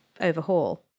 overhaul